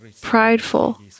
prideful